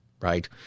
right